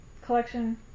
collection